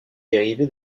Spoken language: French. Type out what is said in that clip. dérivé